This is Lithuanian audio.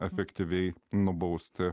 efektyviai nubausti